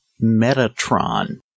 Metatron